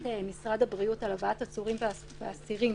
משרד הבריאות על הבאת עצורים ואסירים,